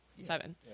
seven